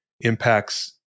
impacts